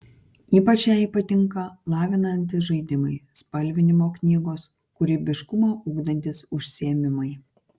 ypač jai patinka lavinantys žaidimai spalvinimo knygos kūrybiškumą ugdantys užsiėmimai